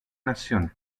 nación